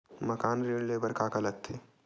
मकान ऋण ले बर का का लगथे?